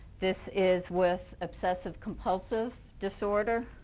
this is with obsessive compulsive disord oar